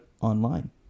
online